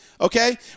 Okay